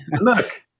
look